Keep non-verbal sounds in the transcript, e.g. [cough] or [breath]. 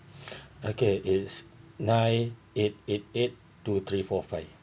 [breath] okay it's nine eight eight eight two three four five